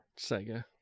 Sega